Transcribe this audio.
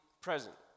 present